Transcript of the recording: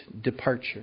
departure